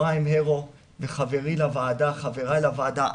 אפרים הרו וחבריי לוועדה,